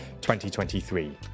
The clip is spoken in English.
2023